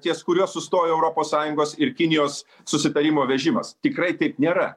ties kuriuo sustojo europos sąjungos ir kinijos susitarimo vežimas tikrai taip nėra